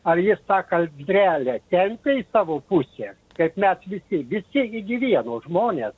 ar jis tą kaldrelę tempia į savo pusę kaip mes visi visi iki vieno žmonės